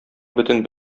бөтен